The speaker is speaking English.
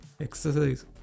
exercise